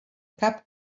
cap